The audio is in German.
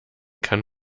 kann